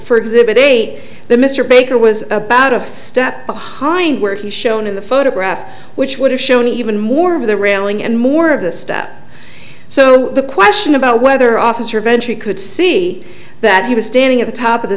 eight the mr baker was about a step behind where he shown in the photograph which would have shown even more of the railing and more of the step so the question about whether officer eventually could see that he was standing at the top of the